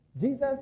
Jesus